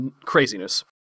craziness